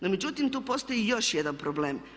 No međutim, tu postoji još jedan problem.